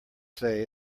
say